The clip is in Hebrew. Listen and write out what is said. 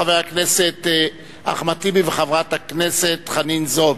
חבר הכנסת אחמד טיבי וחברת הכנסת חנין זועבי.